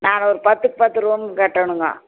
நாங்கள் ஒரு பத்துக்கு பத்து ரூம் கட்டணுங்கோ